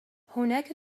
هناك